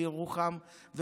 שהגיעו לירוחם,